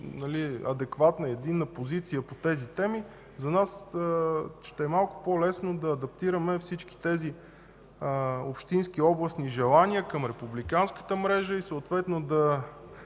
адекватна и единна позиция по тези теми, за нас ще е малко по-лесно да адаптираме всички тези общински и областни желания към републиканската мрежа и съответно да